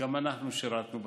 וגם אנחנו שירתנו בצבא,